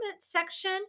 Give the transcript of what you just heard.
section